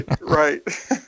right